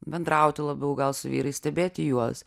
bendrauti labiau gal su vyrais stebėti juos